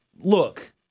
look